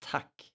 Tack